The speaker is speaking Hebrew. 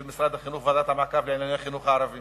משרד החינוך וועדת המעקב לענייני החינוך הערבי